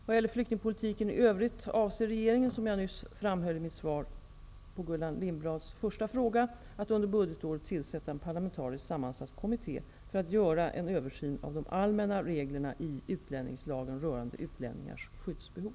Vad gäller flyktingpolitiken i övrigt avser regeringen, som jag nyss framhöll i mitt svar på Gullan Lindblads förra fråga, att under budgetåret tillsätta en parlamentariskt sammansatt kommitté för att göra en översyn av de allmänna reglerna i utlänningslagen rörande utlänningars skyddsbehov.